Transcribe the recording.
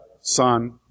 Son